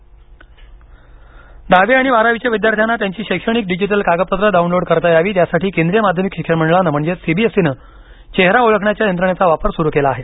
CBSE दहावी आणि बारावीच्या विद्यार्थ्यांना त्यांची शैक्षणिक डिजिटल कागदपत्र डाऊनलोड करता यावीत यासाठी केंद्रीय माध्यमिक शिक्षण मंडळान म्हणजेच सीबीएसईन चेहरा ओळखण्याच्या यंत्रणेचा वापर सुरू केला आहे